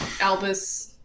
Albus